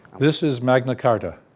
this is magna carta.